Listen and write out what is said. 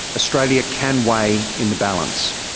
australia can weigh in the balance.